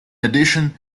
addition